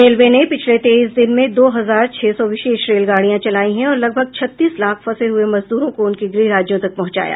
railway ने पिछले तेईस दिन में दो हजार छह सौ विशेष रेलगाडियां चलाई हैं और लगभग छत्तीस लाख फंसे हुए मजदूरों को उनके गृह राज्यों तक पहुंचाया